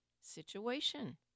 situation